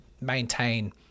maintain